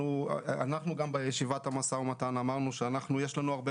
גם בישיבת המשא ומתן אמרנו שיש לנו הרבה